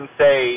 say